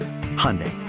Hyundai